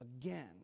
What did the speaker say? again